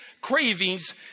cravings